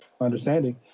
understanding